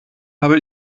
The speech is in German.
habe